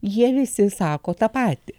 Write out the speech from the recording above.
jie visi sako tą patį